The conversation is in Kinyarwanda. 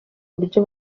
uburyo